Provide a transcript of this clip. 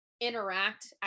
interact